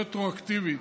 רטרואקטיבית,